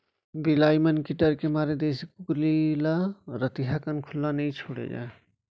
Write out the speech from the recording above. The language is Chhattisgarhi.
बिलाई मन के डर के मारे देसी कुकरी ल रतिहा कन खुल्ला नइ छोड़े जाए